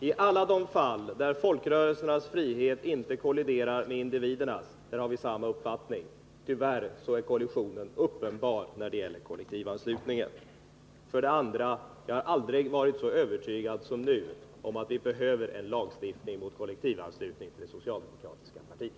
I alla de fall där folkrörelsernas frihet inte kolliderar med individernas frihet har vi samma uppfattning. Tyvärr är kollisionen uppenbar när det gäller kollektivanslutning. Slutligen! Aldrig har jag varit så övertygad som nu om att vi behöver en lagstiftning mot kollektivanslutning till det socialdemokratiska partiet.